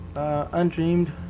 Undreamed